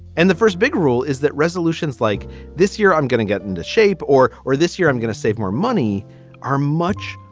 and the first big rule is that resolutions like this year, i'm going to get into shape or or this year i'm going to save more money are much,